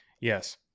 Yes